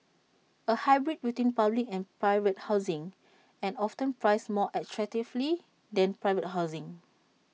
A hybrid between public and private housing and often priced more attractively than private housing